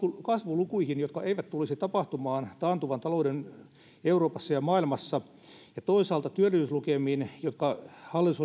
kasvulukuihin jotka eivät tulisi tapahtumaan taantuvan talouden euroopassa ja maailmassa ja toisaalta työllisyyslukemiin jotka hallitus